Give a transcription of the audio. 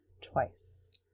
twice